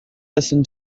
listen